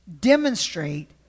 demonstrate